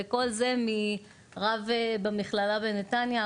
וכל זה מרב במכללה בנתניה,